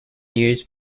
used